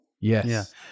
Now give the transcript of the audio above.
Yes